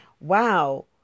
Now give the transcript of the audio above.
Wow